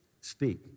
speak